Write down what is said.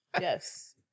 yes